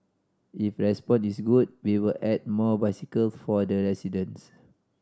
if response is good we will add more bicycle for the residents